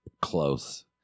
close